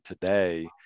today